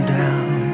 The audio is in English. down